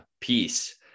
peace